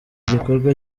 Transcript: igikorwa